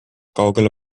kaugele